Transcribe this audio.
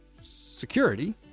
security